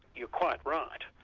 you're quite right.